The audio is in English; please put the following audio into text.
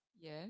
yes